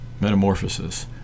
metamorphosis